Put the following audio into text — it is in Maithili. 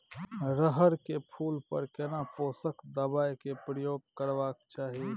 रहर के फूल पर केना पोषक दबाय के प्रयोग करबाक चाही?